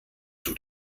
tut